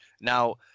now